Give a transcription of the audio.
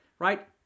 right